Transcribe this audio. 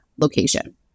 location